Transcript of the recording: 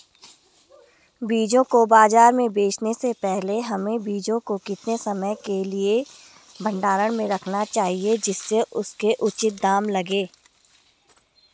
बीजों को बाज़ार में बेचने से पहले हमें बीजों को कितने समय के लिए भंडारण में रखना चाहिए जिससे उसके उचित दाम लगें?